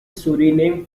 suriname